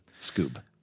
Scoob